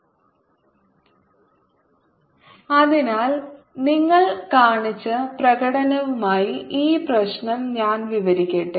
V220 614 V അതിനാൽ നിങ്ങൾക്ക് കാണിച്ച പ്രകടനവുമായി ഈ പ്രശ്നം ഞാൻ വിവരിക്കട്ടെ